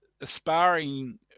aspiring